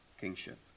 kingship